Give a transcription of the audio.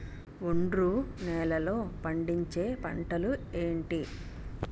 ఒండ్రు నేలలో పండించే పంటలు ఏంటి?